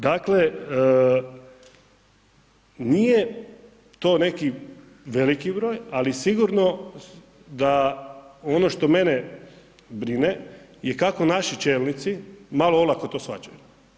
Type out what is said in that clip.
Dakle, nije to neki veliki broj ali sigurno da ono što mene brine je kako naši čelnici malo olako to shvaćaju.